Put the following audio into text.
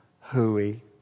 Hooey